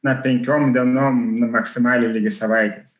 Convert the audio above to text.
na penkiom dienom maksimaliai ligi savaites